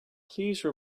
please